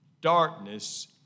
darkness